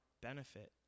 benefit